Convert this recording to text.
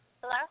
Hello